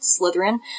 Slytherin